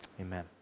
amen